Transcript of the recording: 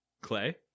Clay